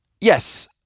Yes